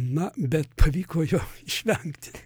na bet pavyko jo išvengti